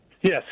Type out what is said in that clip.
Yes